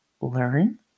learn